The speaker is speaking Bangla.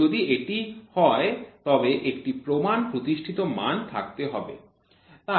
তো যদি এটি হয় তবে একটি প্রমাণ প্রতিষ্ঠিত মান থাকতে হবে